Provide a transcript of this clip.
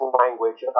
language